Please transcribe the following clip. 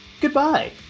Goodbye